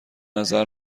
نظر